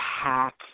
hack